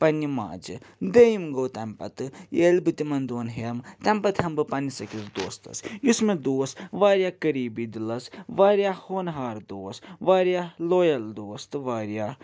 پنٛنہِ ماجہِ دٔیِم گوٚو تَمہِ پتہٕ ییٚلہِ بہٕ تِمن دوٚن ہٮ۪م تَمہِ پتہٕ ہٮ۪مہِ بہٕ پنٛنِس أکِس دوستس یُس مےٚ دوس وارِیاہ قریبی دِلس وارِیاہ ہونہار دوس واریاہ لویل دوس تہٕ وارِیاہ